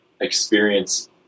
experience